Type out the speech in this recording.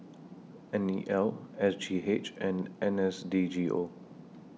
N E L S G H and N S D G O